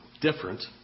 different